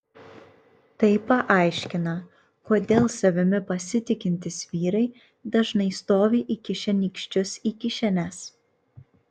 tai paaiškina kodėl savimi pasitikintys vyrai dažnai stovi įkišę nykščius į kišenes